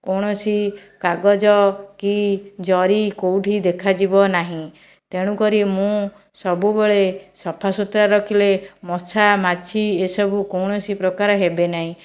କୌଣସି କାଗଜ କି ଜରି କେଉଁଠି ଦେଖାଯିବ ନାହିଁ ତେଣୁକରି ମୁଁ ସବୁବେଳେ ସଫାସୁତୁରା ରଖିଲେ ମଶା ମାଛି ଏସବୁ କୌଣସି ପ୍ରକାରେ ହେବେ ନାହିଁ